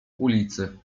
ulicy